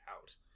out